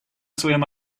своем